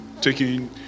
taking